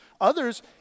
Others